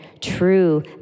True